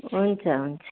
हुन्छ हुन्छ